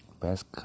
Best